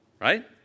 right